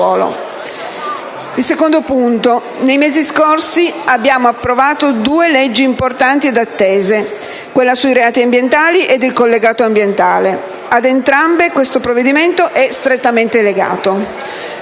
secondo punto, nei mesi scorsi abbiamo approvato due leggi importanti ed attese, quella sui reati ambientali e il collegato ambientale. Ad entrambe questo provvedimento è strettamente legato: